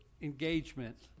engagement